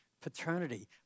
paternity